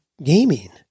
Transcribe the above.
Gaming